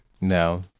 no